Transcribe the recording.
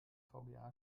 vga